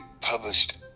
published